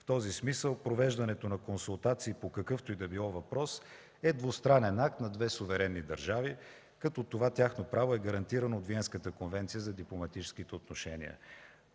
В този смисъл, провеждането на консултации по какъвто и да било въпрос е двустранен акт на две суверенни държави, като това тяхно право е гарантирано от Виенската конвенция за дипломатическите отношения.